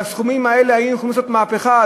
בסכומים האלה היינו יכולים לעשות מהפכה,